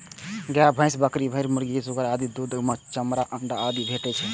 गाय, भैंस, बकरी, भेड़, मुर्गी, सुअर आदि सं दूध, मासु, चमड़ा, अंडा आदि भेटै छै